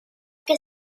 que